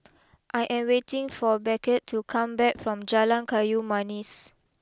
I am waiting for Beckett to come back from Jalan Kayu Manis